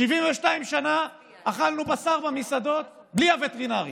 72 שנה אכלנו בשר במסעדות בלי הווטרינרים,